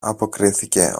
αποκρίθηκε